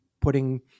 putting